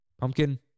Pumpkin